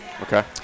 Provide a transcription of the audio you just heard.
okay